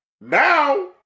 Now